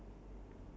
oh